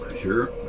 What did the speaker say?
Sure